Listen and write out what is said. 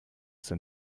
sind